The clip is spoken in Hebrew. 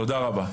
תודה רבה.